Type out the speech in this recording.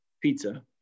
pizza